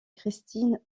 christine